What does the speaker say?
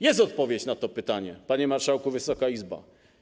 Jest odpowiedź na to pytanie, panie marszałku, Wysoka Izbo.